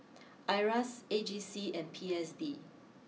Iras A G C and P S D